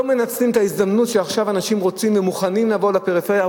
לא מנצלים את ההזדמנות שעכשיו אנשים רוצים ומוכנים לבוא לפריפריה.